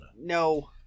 No